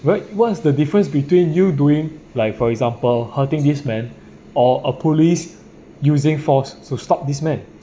what what's the difference between you doing like for example hurting this man or a police using force to stop this man